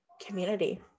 community